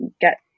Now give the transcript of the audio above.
get